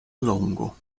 longo